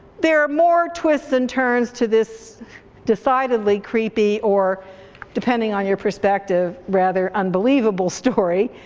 there are more twists and turns to this decidedly creepy, or depending on your perspective, rather unbelievable story,